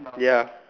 ya